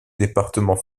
département